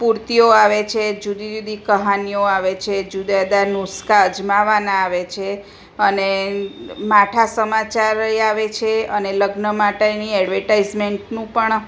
પૂર્તિઓ આવે છે જુદી જુદી કહાનીઓ આવે છે જુદાં જુદાં નુસખા અજમાવાના આવે છે અને માઠા સમાચાર ય એ આવે છે અને લગ્ન માટેની એડવાઈન્ટમેન્ટનું પણ